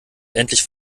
endlich